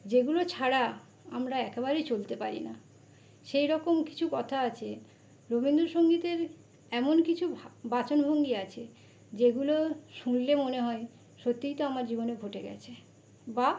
যেগুলো ছাড়া আমরা একেবারই চলতে পারি না সেই রকম কিছু কথা আছে রবীন্দ্রসঙ্গীতের এমন কিছু ভাব বাচন ভঙ্গি আছে যেগুলো শুনলে মনে হয় সত্যিই তো আমার জীবনে ঘটে গেছে বা